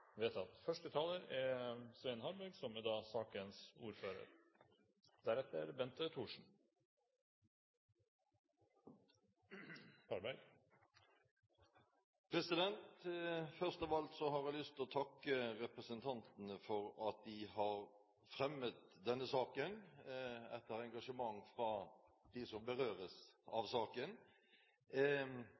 vedtatt. Først av alt har jeg lyst til å takke representantene for at de har fremmet denne saken, etter engasjement fra dem som berøres av den. Selv om innstillingen fra komiteen er delt, synes jeg det er viktig at saken